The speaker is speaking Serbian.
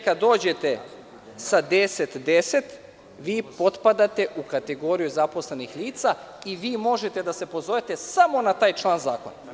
Kada dođete sa 1010 vi potpadate u kategoriju zaposlenih lica i vi možete da se pozovete samo na taj član zakona.